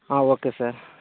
okay sir